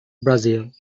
brazil